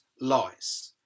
lies